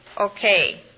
Okay